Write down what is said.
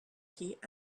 heat